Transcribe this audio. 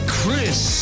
Chris